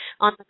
on